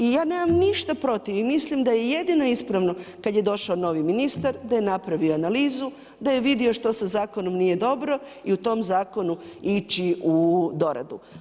I ja nemam ništa protiv i mislim da je jedino ispravno kad je došao novim ministar da je napravio analizu, da je vidio što sa zakonom nije dobro i u tom zakonu ići u doradu.